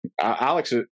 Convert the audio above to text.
Alex